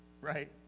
right